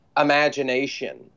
imagination